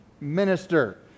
minister